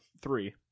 three